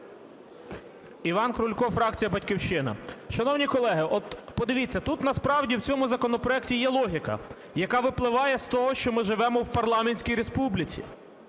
Іван Крулько, фракція "Батьківщина". Шановні колеги, от подивіться, тут насправді, в цьому законопроекті, є логіка, яка випливає з того, що ми живемо в парламентський республіці.